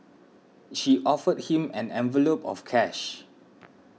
she offered him an envelope of cash